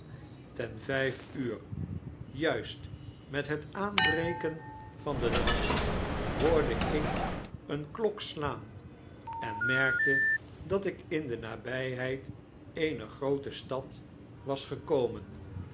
ten vijf uur juist met het aanbreken van den dag hoorde ik eene klok slaan en merkte dat ik in de nabyheid eener grootestadwasgekomen ten